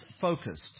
focused